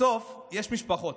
בסוף יש משפחות,